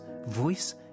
voice